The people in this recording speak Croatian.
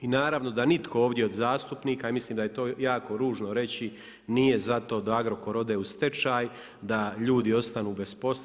I naravno, da nitko ovdje od zastupnika, ja mislim da je to jako ružno reći, nije za to da Agrokor ode u stečaj, da ljudi ostanu bez posla.